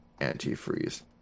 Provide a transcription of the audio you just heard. antifreeze